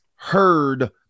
heard